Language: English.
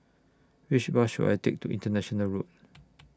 Which Bus should I Take to International Road